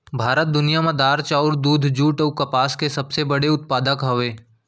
भारत दुनिया मा दार, चाउर, दूध, जुट अऊ कपास के सबसे बड़े उत्पादक हवे